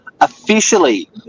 officially